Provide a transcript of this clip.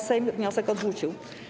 Sejm wniosek odrzucił.